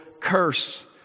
curse